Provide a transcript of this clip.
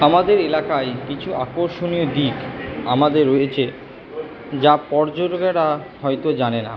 আমাদের এলাকায় কিছু আকর্ষনীয় দ্বীপ আমাদের রয়েছে যা পর্যটকেরা হয়তো জানে না